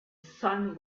sun